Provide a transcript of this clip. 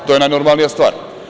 To je najnormalnija stvar.